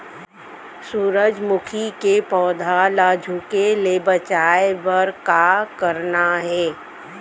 सूरजमुखी के पौधा ला झुके ले बचाए बर का करना हे?